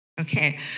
Okay